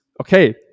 okay